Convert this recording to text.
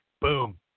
boom